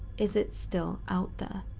is it still out there?